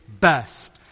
best